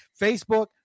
Facebook